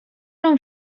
non